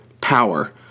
power